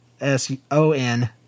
S-O-N